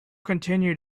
continued